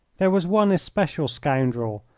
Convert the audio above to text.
there was one especial scoundrel,